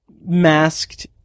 masked